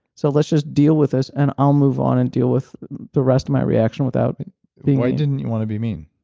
so let's just deal with this and i'll move on and deal with the rest of my reaction without being why didn't you want to be mean?